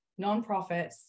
nonprofits